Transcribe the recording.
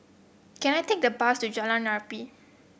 can I take the bus to Jalan Arnap